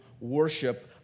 worship